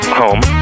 home